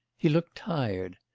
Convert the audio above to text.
he looked tired.